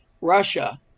Russia